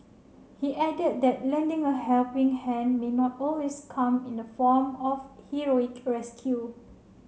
he added that lending a helping hand may not always come in the form of heroic rescue